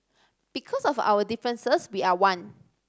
because of our differences we are one